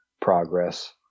progress